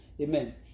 amen